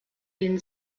den